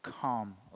Come